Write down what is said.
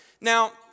Now